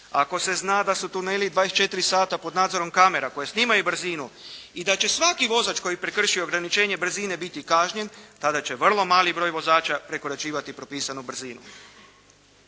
ako se zna da su tuneli 24 sata pod nadzorom kamera koje snimaju brzinu i da će svaki vozač koji prekrši ograničenje brzine biti kažnjen, tada će vrlo mali broj vozača prekoračivati propisanu brzinu.